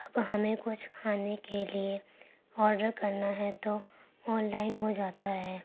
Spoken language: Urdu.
اب ہمیں کچھ کھانے کے لیے آرڈر کرنا ہے تو آن لائن ہو جاتا ہے